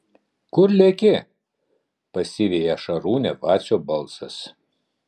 kur leki pasiveja šarūnę vacio balsas